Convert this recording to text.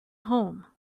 home